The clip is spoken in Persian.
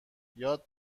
یاد